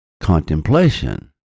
Contemplation